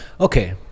okay